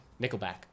Nickelback